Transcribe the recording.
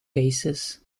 cases